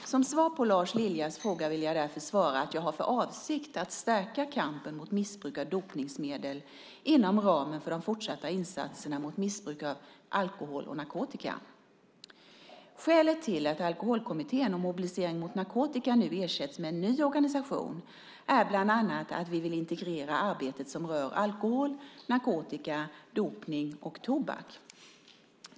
Som svar på Lars Liljas fråga vill jag därför svara att jag har för avsikt att stärka kampen mot missbruk av dopningsmedel inom ramen för de fortsatta insatserna mot missbruk av alkohol och narkotika. Skälet till att Alkoholkommittén och Mobilisering mot narkotika nu ersätts med en ny organisation är bland annat att vi vill integrera arbetet som rör alkohol, narkotika, dopning och tobak.